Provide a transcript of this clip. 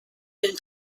been